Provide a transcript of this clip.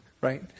right